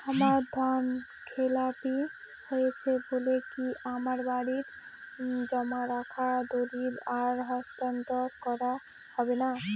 আমার ঋণ খেলাপি হয়েছে বলে কি আমার বাড়ির জমা রাখা দলিল আর হস্তান্তর করা হবে না?